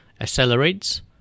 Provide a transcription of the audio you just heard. accelerates